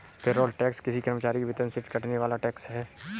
payroll tax किसी कर्मचारी के वेतन से कटने वाला टैक्स है